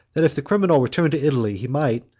that, if the criminal returned to italy, he might,